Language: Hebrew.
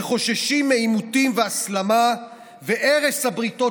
שחוששים מעימותים ומהסלמה ומהרס הבריתות